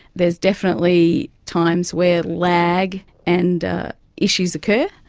there's definitely times where lag and issues occur.